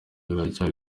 ruracyari